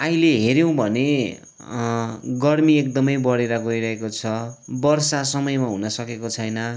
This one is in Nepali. अहिले हेऱ्यौँ भने गर्मी एकदमै बढेर गइरहेको छ वर्षा समयमा हुन सकेको छैन